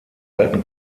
alten